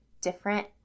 different